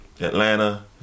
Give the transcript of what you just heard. Atlanta